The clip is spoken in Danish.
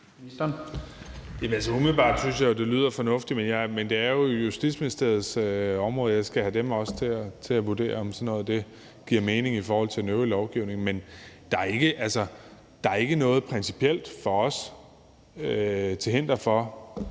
Bek): Umiddelbart synes jeg jo, det lyder fornuftigt, men det er jo Justitsministeriets område, så jeg skal også have dem til at vurdere, om sådan noget giver mening i forhold til den øvrige lovgivning. Men der er for os ikke noget principielt til hinder for